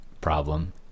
problem